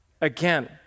again